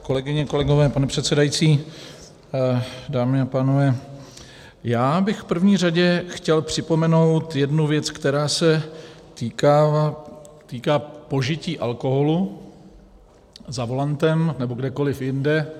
Kolegyně, kolegové, pane předsedající, dámy a pánové, já bych v první řadě chtěl připomenout jednu věc, která se týká požití alkoholu za volantem nebo kdekoliv jinde.